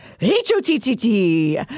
H-O-T-T-T